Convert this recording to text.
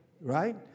Right